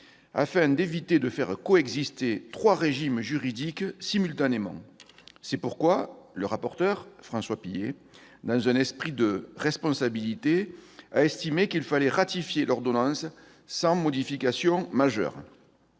afin d'éviter de faire coexister trois régimes juridiques simultanément. C'est pourquoi le rapporteur, François Pillet, dans un esprit de responsabilité, a estimé qu'il fallait ratifier l'ordonnance sans modifications majeures.